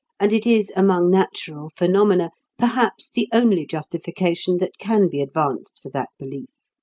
and it is among natural phenomena perhaps the only justification that can be advanced for that belief.